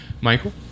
Michael